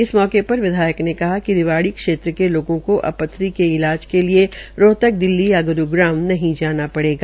इस मौके पर विधायक ने कहा कि रिवाड़ी क्षेत्र के लोगों को अब पत्थरी के इलाज के रोहतक दिल्ली या ग्रूग्राम नहीं जाना पड़ेगा